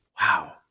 Wow